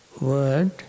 word